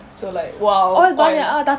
so like !wow! oil